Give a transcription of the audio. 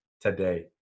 today